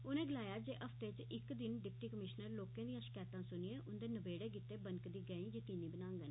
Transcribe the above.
उनें गलाया जे हफ्ते इच इक दिन डिप्टी कमीशनर लोकें दिआं शकैतां सुनियै उंदे नबेड़े गितै बनकदी गैई यकीनी बनागंन